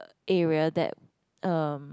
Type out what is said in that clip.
area that um